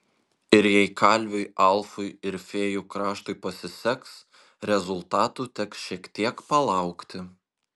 ir jei kalviui alfui ir fėjų kraštui pasiseks rezultatų teks šiek tiek palaukti